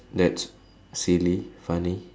that's silly funny